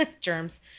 Germs